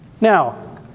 Now